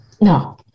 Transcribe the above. No